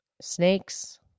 snakes